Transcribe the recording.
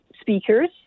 speakers